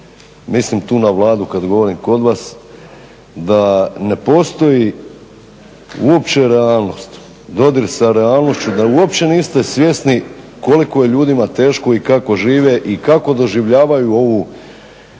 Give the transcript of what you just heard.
mislim tu na Vladu kada govorim kod vas, da ne postoji uopće realnost, dodir sa realnošću, da uopće niste svjesni koliko je ljudima teško i kako žive i kako doživljavaju ovu